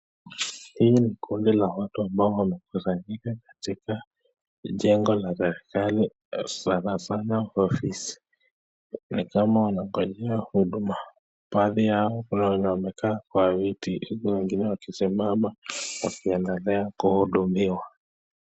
Hii ni kundi la watu ambao wamekusanyika katika jengo la serekali sana sana ofisi ni kama wanangojea huduma. Mbali yao kuna wenye wamekaa kwa viti huku wengine wakisimama wakiendelea kuhudumiwa.